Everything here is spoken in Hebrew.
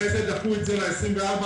אחרי זה דחו את זה ל-24 ביוני,